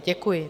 Děkuji.